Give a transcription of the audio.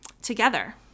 together